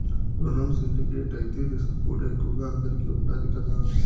రునం సిండికేట్ అయితే రిస్కుకూడా ఎక్కువగా అందరికీ ఉండాది కదా